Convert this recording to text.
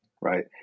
Right